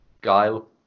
Guile